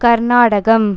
Karnataka